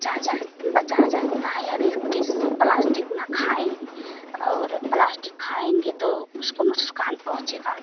बचाया जाए बचाया जाए बाहर इतनी सी प्लास्टिक ना खाएँ और प्लास्टिक खाएँगे तो उसको नुकसान पहुँचेगा